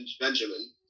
Benjamin